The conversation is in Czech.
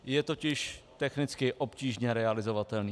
Je totiž technicky obtížně realizovatelný.